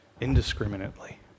indiscriminately